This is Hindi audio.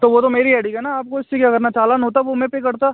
तो वह तो मेरी हैडिक है ना आपको इससे क्या करना चालान होता वह मैं पे करता